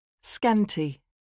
Scanty